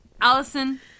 Allison